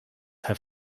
have